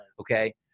Okay